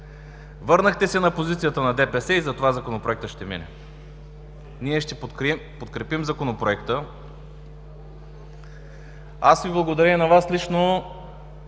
Върнахте се на позицията на ДПС и затова Законопроектът ще мине. Ние ще подкрепим Законопроекта. Аз Ви благодаря и на Вас лично,